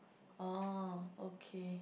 oh okay